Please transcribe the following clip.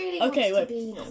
Okay